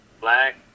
black